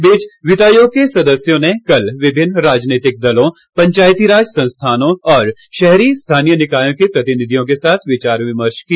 इस बीच वित्तायोग के सदस्यों ने कल विभिन्न राजनीतिक दलों पंचायतीराज संस्थानों और शहरी स्थानीय निकायों के प्रतिनिधियों के साथ विचार विमर्श किया